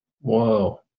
Whoa